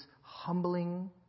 humbling